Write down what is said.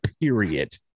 period